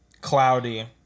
Cloudy